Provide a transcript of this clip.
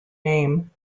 name